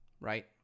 right